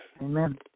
Amen